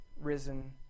risen